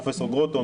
פרופ' גרוטו,